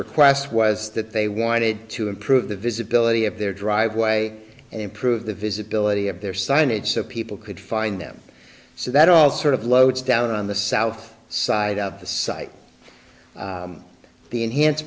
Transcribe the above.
request was that they wanted to improve the visibility of their driveway and improve the visibility of their signage so people could find them so that all sort of loads down on the south side of the site the enhanced